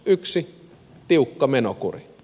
yksi tiukka menokuri